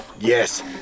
Yes